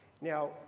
Now